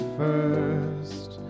first